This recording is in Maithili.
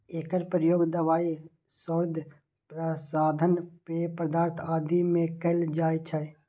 एकर प्रयोग दवाइ, सौंदर्य प्रसाधन, पेय पदार्थ आदि मे कैल जाइ छै